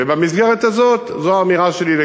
ובמסגרת הזאת, זו האמירה שלי.